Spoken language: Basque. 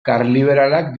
karliberalak